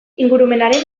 ingurumenaren